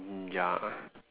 mm ya